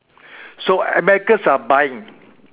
so Americans are buying